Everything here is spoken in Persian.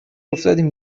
افتادیم